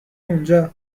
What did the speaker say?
اونجا